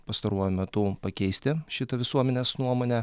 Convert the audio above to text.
pastaruoju metu pakeisti šitą visuomenės nuomonę